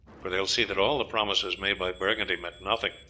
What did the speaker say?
for they will see that all the promises made by burgundy meant nothing,